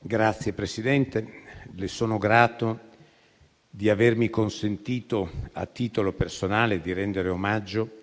Signor Presidente, le sono grato di avermi consentito a titolo personale di rendere omaggio